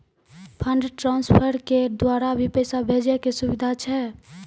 Fund transfer के द्वारा भी पैसा भेजै के सुविधा छै?